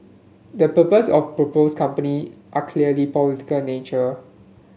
the purposes of proposed company are clearly political nature